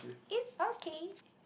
is okay